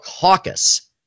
caucus